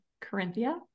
Corinthia